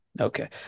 Okay